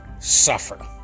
suffer